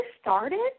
started